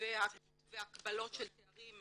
והקבלות של תארים.